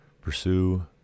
pursue